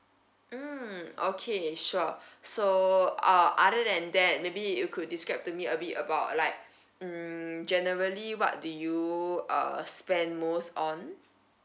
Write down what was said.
mm okay sure so uh other than that maybe you could describe to me a bit about like hmm generally what do you uh spend most on